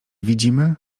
widzimy